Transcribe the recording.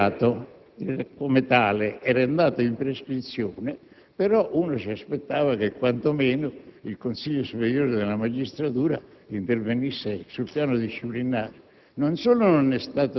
Purtroppo, il reato, come tale, era andato in prescrizione, ma ci si sarebbe aspettati che, quantomeno, il Consiglio superiore della magistratura intervenisse sul piano disciplinare.